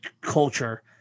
culture